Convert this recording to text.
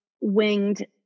winged